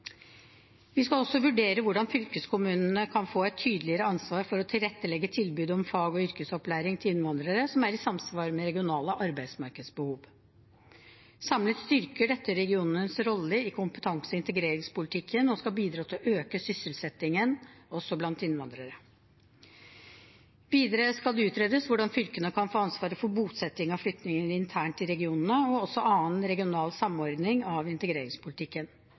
Vi skal også vurdere hvordan fylkeskommunene kan få et tydeligere ansvar for å tilrettelegge tilbud om fag og yrkesopplæring til innvandrere som er i samsvar med regionale arbeidsmarkedsbehov. Samlet styrker dette regionenes rolle i kompetanse- og integreringspolitikken og skal bidra til å øke sysselsettingen også blant innvandrere. Videre skal det utredes hvordan fylkene kan få ansvaret for bosetting av flyktninger internt i regionene og også annen regional samordning av integreringspolitikken.